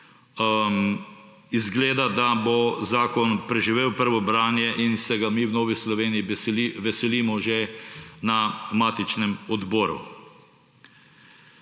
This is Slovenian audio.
izgleda, da bo zakon preživel prvo branje in se ga mi v Novi Sloveniji veselimo že na matičnem odboru.